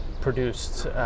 produced